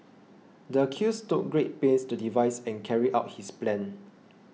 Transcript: the accused took great pains to devise and carry out his plan